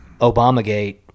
Obamagate